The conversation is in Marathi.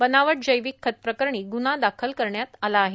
बनावट जैविक खतप्रकरणी ग्न्हा दाखल करण्यात आला आहे